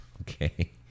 Okay